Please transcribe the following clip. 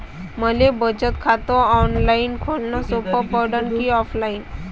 मले बचत खात ऑनलाईन खोलन सोपं पडन की ऑफलाईन?